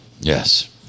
Yes